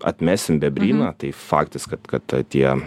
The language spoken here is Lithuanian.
atmesim bebryną tai faktas kad kad tie